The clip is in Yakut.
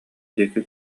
диэки